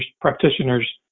practitioners